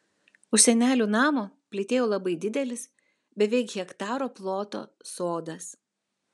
už senelių namo plytėjo labai didelis beveik hektaro ploto sodas